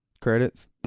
Credits